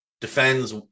defends